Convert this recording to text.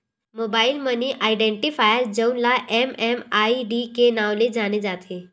mobile money identifier जउन ल MMID के नांव ले जाने जाथे